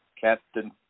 Captain